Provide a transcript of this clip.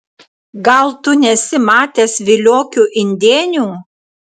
gal tu nesi matęs viliokių indėnių